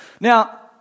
Now